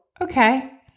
okay